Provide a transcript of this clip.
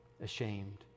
ashamed